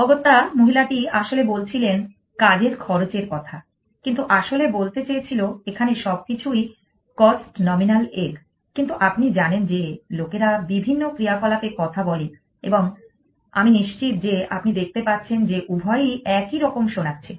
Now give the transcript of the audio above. অগত্যা মহিলাটি আসলে বলছিলেন কাজের খরচের কথা কিন্তু আসলে বলতে চেয়েছিল এখানে সবকিছুই cost nominal egg কিন্তু আপনি জানেন যে লোকেরা বিভিন্ন ক্রিয়াকলাপে কথা বলে এবং আমি নিশ্চিত যে আপনি দেখতে পাচ্ছেন যে উভয়ই একই রকম শোনাচ্ছে